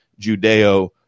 Judeo